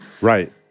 Right